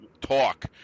talk